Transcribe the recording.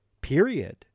period